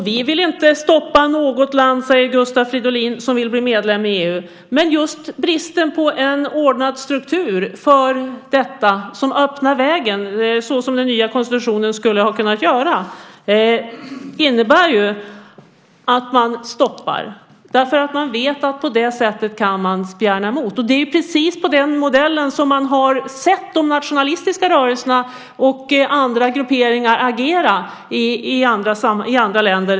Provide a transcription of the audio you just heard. Vi vill inte stoppa något land som vill bli medlem i EU, säger Gustav Fridolin. Men just bristen på en ordnad struktur för detta, som öppnar vägen så som den nya konstitutionen skulle ha kunnat göra, innebär ju att man stoppar. Man vet att på det sättet kan man spjärna emot. Det är precis enligt den modellen som man har sett de nationalistiska rörelserna och andra grupperingar agera i andra länder.